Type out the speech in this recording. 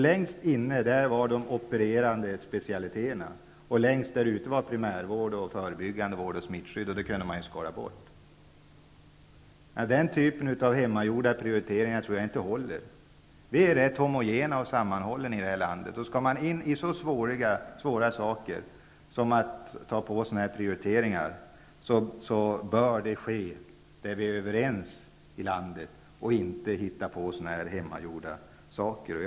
Längst in fanns de opererande specialiteterna. Längs ut fanns primärvård, förebyggande vård och smittskydd, och det kunde man skala bort. Jag tror inte att den typen av hemmagjorda prioriteringar håller. Vi är ganska homogena i det här landet. Skall man ge sig in på så svåra saker som att ta på sig sådana här prioriteringar bör det ske genom att vi är överens i landet. Man bör inte hitta på sådana här hemmagjorda modeller.